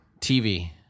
TV